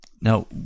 Now